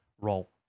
role